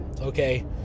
okay